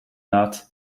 lot